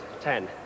Ten